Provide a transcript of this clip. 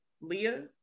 Leah